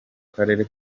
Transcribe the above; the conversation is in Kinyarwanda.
karere